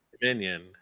Dominion